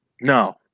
No